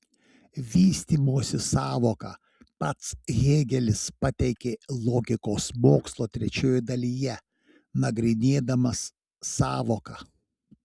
vystymosi sąvoką pats hėgelis pateikė logikos mokslo trečioje dalyje nagrinėdamas sąvoką